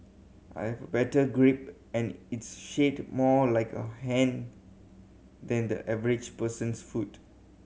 I've better grip and it's shaped more like a hand than the average person's foot